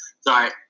Sorry